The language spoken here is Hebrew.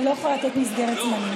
אני לא יכולה לתת מסגרת זמנים.